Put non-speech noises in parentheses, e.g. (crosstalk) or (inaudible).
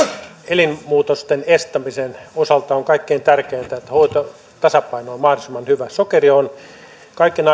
elinmuutosten estämisen osalta on kaikkein tärkeintä että hoitotasapaino on mahdollisimman hyvä sokeri on kaiken (unintelligible)